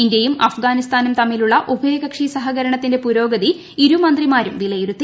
ഇന്ത്യയും അഫ്ഗാനിസ്ഥാനും തമ്മിലുള്ള ഉഭയകക്ഷി സഹകരണത്തിന്റെ പുരോഗതി ഇരു മന്ത്രിമാരും വിലയിരുത്തി